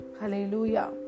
Hallelujah